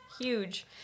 Huge